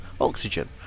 Oxygen